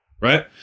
right